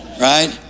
Right